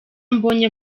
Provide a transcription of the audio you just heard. mbonye